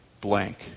blank